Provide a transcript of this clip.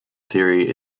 theory